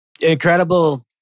incredible